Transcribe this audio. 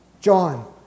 John